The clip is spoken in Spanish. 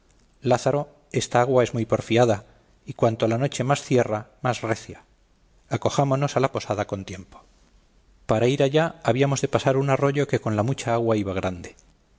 lázaro esta agua es muy porfiada y cuanto la noche más cierra más recia acojámonos a la posada con tiempo para ir allá habíamos de pasar un arroyo que con la mucha agua iba grande